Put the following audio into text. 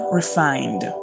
refined